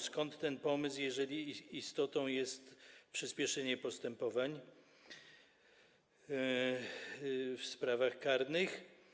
Skąd ten pomysł, jeżeli istotą jest przyspieszenie postępowań w sprawach karnych?